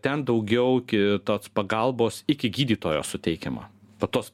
ten daugiau ki tos pagalbos iki gydytojo suteikiama va tos